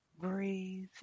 Breathe